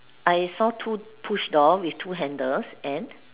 I saw two push door with two handles and